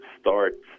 start